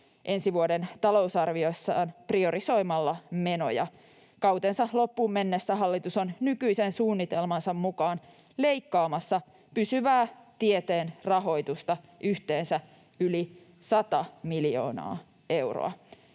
ensi vuoden talousarviossaan priorisoimalla menoja. Kautensa loppuun mennessä hallitus on nykyisen suunnitelmansa mukaan leikkaamassa pysyvää tieteen rahoitusta yhteensä yli 100 miljoonaa euroa.